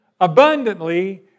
abundantly